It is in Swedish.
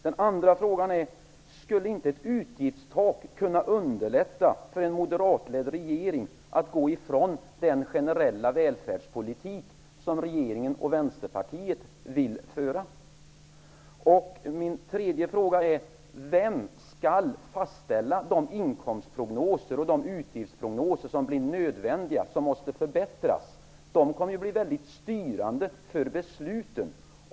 Min andra fråga är: Skulle inte ett utgiftstak kunna underlätta för en moderatledd regering att frångå den generella välfärdspolitik som regeringen och Vänsterpartiet vill föra? Min tredje fråga är: Vem skall fastställa de nödvändiga inkomstprognoser och utgiftsprognoser som måste förbättras? De kan ju bli väldigt styrande för besluten.